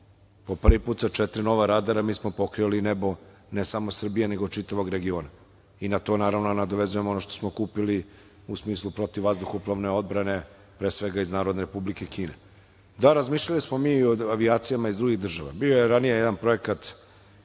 Po prvi put sa četiri nova radara mi smo pokrili nebo ne samo Srbije, nego čitavog regiona i na to nadovezujem ono što smo kupili u smislu PVO, pre svega, iz Narodne Republike Kine. Da, razmišljali smo mi i o avijacijama iz drugih država. Bio je ranije jedan projekat